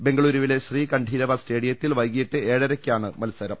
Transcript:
ബംഗലൂരൂവില്ലെ ശ്രീകഠീരവ സ്റ്റേഡിയത്തിൽ വൈകീട്ട് ഏഴരയ്ക്കാണ് മത്സരം